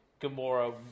Gamora